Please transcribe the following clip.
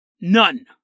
None